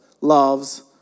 loves